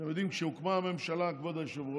אתם יודעים, כשהוקמה הממשלה, כבוד היושב-ראש,